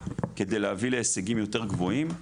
כדי להביא להישגים יותר גבוהים.